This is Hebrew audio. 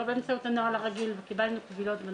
באמצעות הנוהל הרגיל ובנושאים האלה קיבלנו קבילות.